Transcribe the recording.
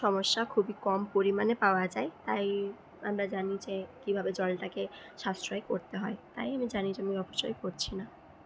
সমস্যা খুবই কম পরিমানে পাওয়া যায় তাই আমরা জানি যে কীভাবে জলটাকে সাশ্রয় করতে হয় তাই আমি জানি যে অপচয় করছি না